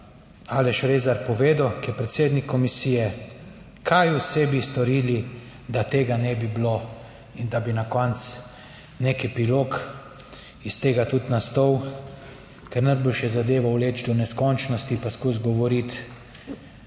Aleš Rezar povedal, ki je predsednik komisije, kaj vse bi storili, da tega ne bi bilo in da bi na koncu nek epilog iz tega tudi nastal, ker najboljše je zadevo vleči do neskončnosti, pa skozi govoriti